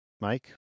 Mike